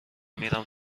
میرم